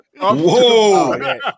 Whoa